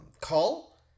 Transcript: call